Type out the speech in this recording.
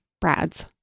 Brad's